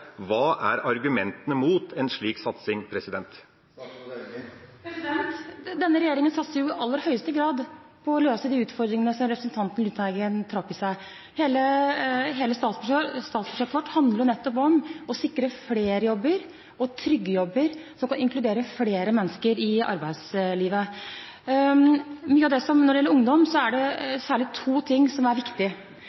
Hva er argumentene imot en slik satsing? Denne regjeringen satser i aller høyeste grad på å løse de utfordringene som representanten Lundteigen tar opp. Hele statsbudsjettet vårt handler nettopp om å sikre flere jobber og trygge jobber som kan inkludere flere mennesker i arbeidslivet. Når det gjelder ungdom, er det særlig to ting som er viktig. Det